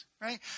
right